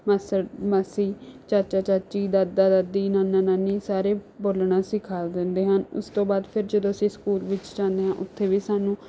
ਮਾਸੜ ਮਾਸੀ ਚਾਚਾ ਚਾਚੀ ਦਾਦਾ ਦਾਦੀ ਨਾਨਾ ਨਾਨੀ ਸਾਰੇ ਬੋਲਣਾ ਸਿਖਾ ਦਿੰਦੇ ਹਨ ਉਸ ਤੋਂ ਬਾਅਦ ਫੇਰ ਜਦੋਂ ਅਸੀਂ ਸਕੂਲ ਵਿੱਚ ਜਾਂਦੇ ਹਾਂ ਉੱਥੇ ਵੀ ਸਾਨੂੰ